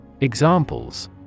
Examples